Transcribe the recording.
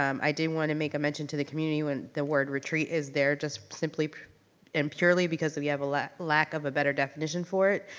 um i do wanna make a mention to the community, when the word retreat is there, just simply and purely because we have a lack lack of a better definition for it.